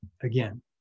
again